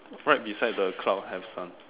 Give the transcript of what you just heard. right beside the cloud have sun